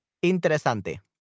Interesante